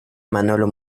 manolo